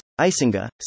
Isinga